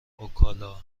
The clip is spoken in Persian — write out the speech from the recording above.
اوکلاهاما